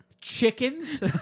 Chickens